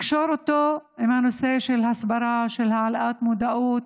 לקשור אותו עם הנושא של הסברה, של העלאת מודעות,